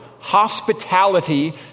hospitality